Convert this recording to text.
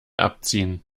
abziehen